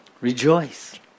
rejoice